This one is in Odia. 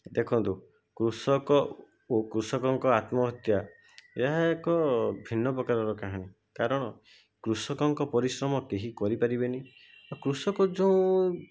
ଦେଖନ୍ତୁ କୃଷକ ଓ କୃଷକଙ୍କ ଆତ୍ମହତ୍ୟା ଏହା ଏକ ଭିନ୍ନ ପ୍ରକାରର କାହାଣୀ କାରଣ କୃଷକଙ୍କ ପରିଶ୍ରମ କେହି କରି ପାରିବେନି କୃଷକ ଯେଉଁ